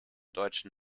deutschen